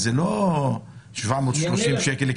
הקנס הוא לא 730 שקל,